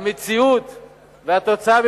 המציאות והתוצאה,